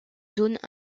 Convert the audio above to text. zones